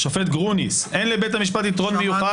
השופט גרוניס: אין לבית המשפט יתרון מיוחד